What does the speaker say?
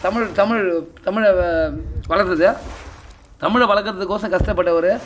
தமிழ் தமிழ் தமிழை வே வளர்த்தது தமிழை வளர்க்கறதுக்கோசம் கஷ்டப்பட்டவர்